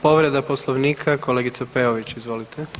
Povreda Poslovnika, kolegica Peović, izvolite.